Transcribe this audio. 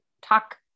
Talk